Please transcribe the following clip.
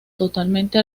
totalmente